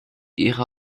ihre